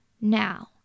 Now